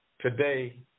Today